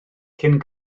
cyn